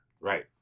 Right